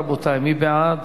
רבותי, מי בעד?